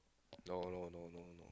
no no no no no